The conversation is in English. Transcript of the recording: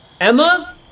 Emma